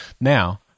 Now